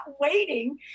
waiting